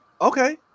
Okay